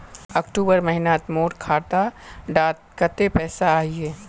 अक्टूबर महीनात मोर खाता डात कत्ते पैसा अहिये?